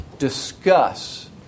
discuss